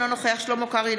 אינו נוכח שלמה קרעי,